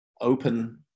open